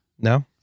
No